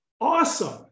awesome